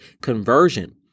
conversion